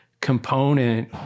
component